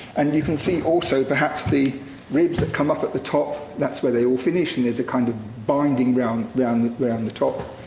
and you can see, also, perhaps, the ribs that come up at the top, that's where they all finish, and there's a kind of binding round, round, round the top.